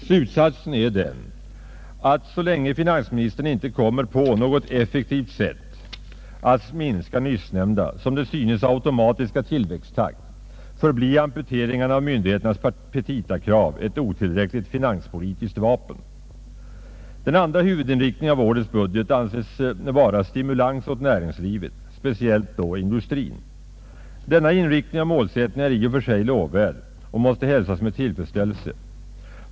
Slutsatsen är att så länge finansministern inte kommer på något effektivt sätt att minska nyssnämnda som det synes automatiska tillväxttakt, förblir amputeringen av myndigheternas petitakrav ett otillräckligt finanspolitiskt vapen. Den andra huvudinriktningen av årets budget anses vara stimulans ät näringslivet, speciellt då industrin. Denna inriktning och målsättning är i och för sig lovvärd och måste hälsas med tillfredsställelse.